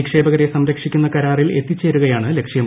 നിക്ഷേപകരെ സംരക്ഷിക്കുന്ന കരാറിൽ എത്തിച്ചേരുകയാണ് ലക്ഷ്യം